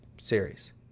series